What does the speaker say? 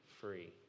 free